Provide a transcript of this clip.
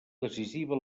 decisiva